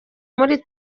muri